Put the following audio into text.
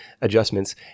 adjustments